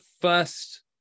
first